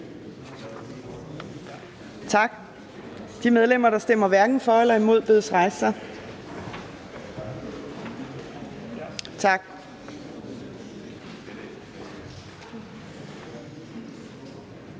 Tak. De medlemmer, der stemmer hverken for eller imod, bedes rejse sig. Tak.